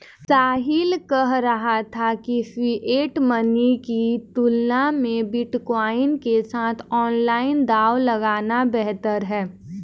साहिल कह रहा था कि फिएट मनी की तुलना में बिटकॉइन के साथ ऑनलाइन दांव लगाना बेहतर हैं